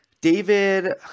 David